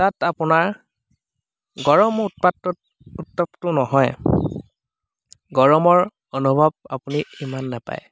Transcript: তাত আপোনাৰ গৰম উত্তাপটো নহয় গৰমৰ অনুভৱ আপুনি ইমান নাপায়